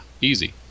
easy